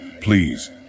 Please